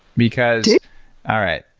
because all right,